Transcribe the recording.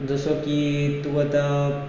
जसो की तूं आतां